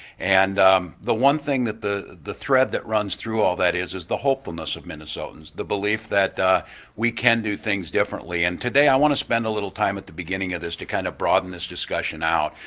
and the one thing that the the thread that runs through all that is is the hopefulness of minnesotans, the belief that we can do things differently. and today i want to spend a little time at the beginning of this to kind of broaden this discussion about.